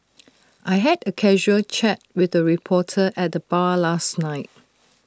I had A casual chat with A reporter at the bar last night